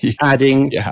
adding